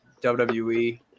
wwe